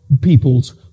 peoples